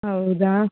ಹೌದಾ